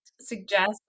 suggest